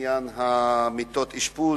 בעניין מיטות האשפוז.